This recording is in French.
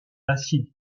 acides